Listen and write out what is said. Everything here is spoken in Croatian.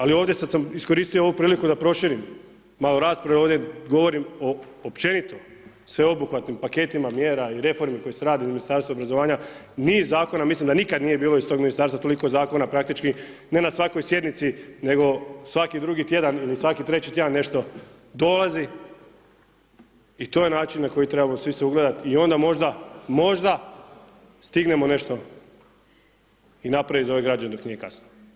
Ali ovdje, sada sam iskoristio ovu priliku da proširim malo raspravu jer ovdje govorim o općenito sveobuhvatnim paketima mjera i reformi koje su radili u Ministarstvu obrazovanja, niz zakona, mislim da nikada nije bilo iz tog ministarstva toliko zakona praktički ne na svakoj sjednici nego svaki drugi tjedan ili svaki treći tjedan nešto dolazi i to je način na koji trebamo svi se ugledati i onda možda, možda, stignemo nešto i napraviti za ove građane dok nije kasno.